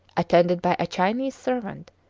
attended by a chinese servant,